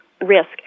risk